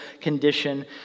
condition